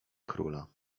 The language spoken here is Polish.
króla